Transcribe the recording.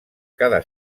cada